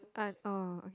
uh oh okay